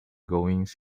goings